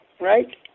right